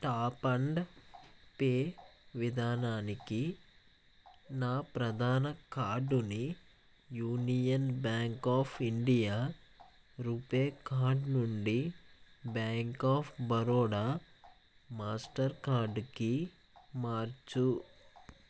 top and pay విధానానికి నా ప్రధాన కార్డుని Union Bank of India RuPay card నుండి బ్యాంక్ ఆఫ్ బరోడా మాస్టర్ కార్డుకి మార్చు